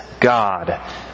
God